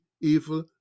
evil